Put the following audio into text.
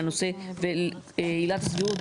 ועילת הסבירות,